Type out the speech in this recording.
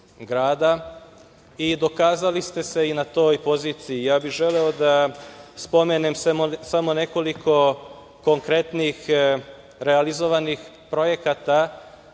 i dokazali ste se i na toj poziciji. Ja bih želeo da spomenem samo nekoliko konkretnih realizovanih projekata